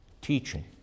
teaching